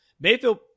Mayfield